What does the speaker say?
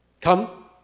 Come